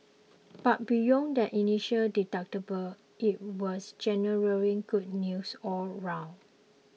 but beyond that initial deductible it was generally good news all round